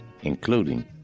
including